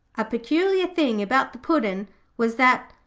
a peculiar thing about the puddin' was that,